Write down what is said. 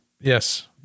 Yes